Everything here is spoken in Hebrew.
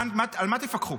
על מה תפקחו?